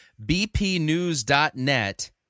bpnews.net